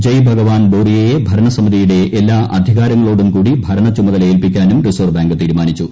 ജയ് ഭഗവാൻ ബോറിയയെ ഭരണസമിതിയുടെ എല്ലാ അധികാരങ്ങളോടും കൂടി ഭരണച്ചുമതല ഏൽപ്പിക്കാനും റിസർവ്വ് ബാങ്ക് തീരുമാനിച്ചു